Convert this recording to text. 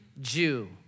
Jew